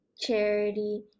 charity